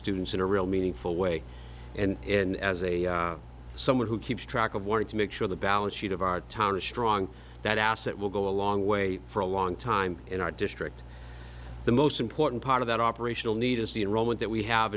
students in a real meaningful way and as a someone who keeps track of wanted to make well the balance sheet of our town is strong that asset will go a long way for a long time in our district the most important part of that operational need is the enrollment that we have